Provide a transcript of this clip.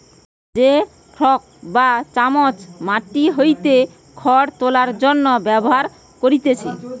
হে fork বা চামচ মাটি হইতে খড় তোলার জন্য ব্যবহার করতিছে